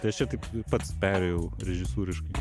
tai aš čia taip pats perėjau režisūriškai